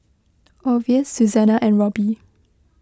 Orvis Susannah and Robby